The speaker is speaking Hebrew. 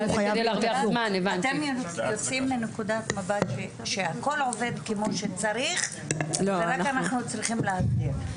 אתם יוצאים מנקודת מבט שהכול עובד כמו שצריך ואנחנו רק צריכים להזהיר.